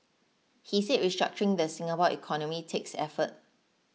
he said restructuring the Singapore economy takes effort